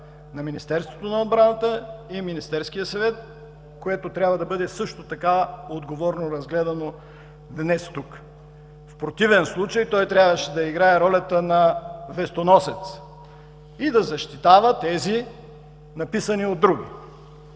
на Министерството на отбраната и Министерския съвет, което също отговорно трябва да бъде разгледано днес. В противен случай той трябваше да играе ролята на вестоносец и да защитава тези, написани от други.